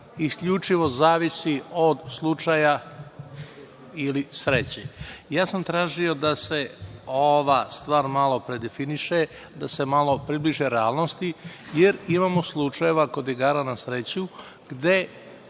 isključivo zavisi od slučaja ili sreće. Ja sam tražio da se ova stvar malo predefinište, da se malo približi realnosti, jer imamo slučajeva kod igara na sreću gde